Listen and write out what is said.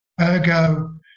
Ergo